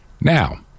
now